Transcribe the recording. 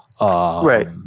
Right